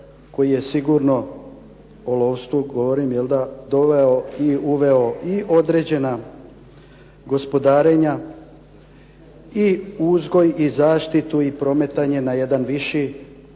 koji je sigurno, o lovstvu govorim, doveo i uveo i određena gospodarenja i uzgoj i zaštitu i prometanje na jednu višu